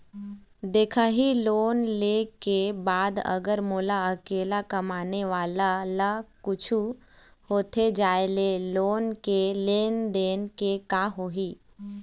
दिखाही लोन ले के बाद अगर मोला अकेला कमाने वाला ला कुछू होथे जाय ले लोन के लेनदेन के का होही?